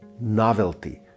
novelty